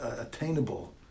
attainable